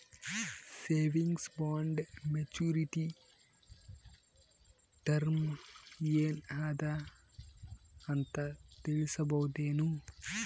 Savings bond maturity term ಏನ ಅದ ಅಂತ ತಿಳಸಬಹುದೇನು?